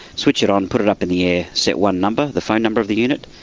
switch it on, put it up in the air set one number, the phone number of the unit,